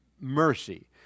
mercy